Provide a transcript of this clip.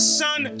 son